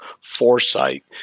foresight